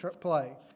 play